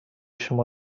شما